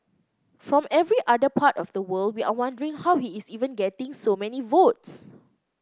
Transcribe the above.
from every other part of the world we are wondering how he is even getting so many votes